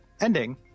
ending